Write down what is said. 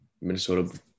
Minnesota